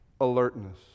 alertness